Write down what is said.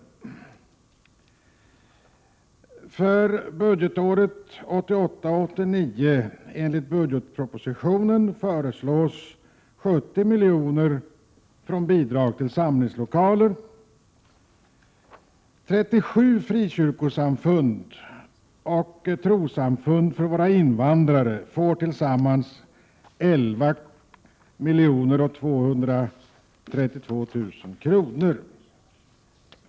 För budgetåret 1988/89 föreslås i budgetpropositionen 70 milj.kr. för bidrag till samlingslokaler. 37 frikyrkosamfund och trossamfund för våra invandrare får tillsammans 11 232 000 kr.